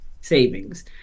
savings